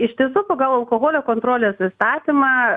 iš tiesų pagal alkoholio kontrolės įstatymą